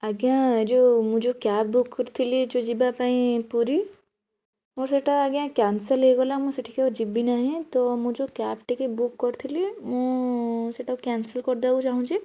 ଆଜ୍ଞା ଯେଉଁ ମୁଁ ଯେଉଁ କ୍ୟାବ ବୁକ୍ କରିଥିଲି ଯେଉଁ ଯିବା ପାଇଁ ପୁରୀ ମୁଁ ସେଇଟା ଆଜ୍ଞା କ୍ୟାନସେଲ୍ ହେଇଗଲା ମୁଁ ସେଠିକି ଆଉ ଯିବି ନାହିଁ ତ ମୁଁ ଯେଉଁ କ୍ୟାବ୍ ଟିକି ବୁକ୍ କରିଥିଲି ମୁଁ ସେଇଟା କ୍ୟାନସେଲ୍ କରିଦବାକୁ ଚାହୁଁଛି